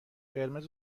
قرمز